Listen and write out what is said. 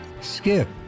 Skip